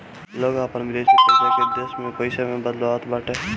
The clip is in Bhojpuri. लोग अपन विदेशी पईसा के देश में पईसा में बदलवावत बाटे